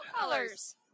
colors